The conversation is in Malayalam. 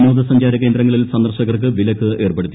വിനോദ സഞ്ചാരകേന്ദ്രങ്ങളിൽ സന്ദർശകർക്ക് വിലക്ക് ഏർപ്പെടുത്തി